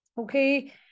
Okay